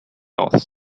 oath